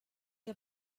der